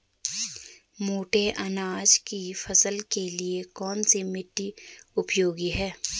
मोटे अनाज की फसल के लिए कौन सी मिट्टी उपयोगी है?